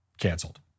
canceled